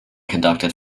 conducted